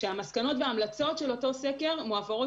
כשהמסקנות וההמלצות של אותו סקר מועברות